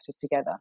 together